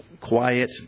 quiet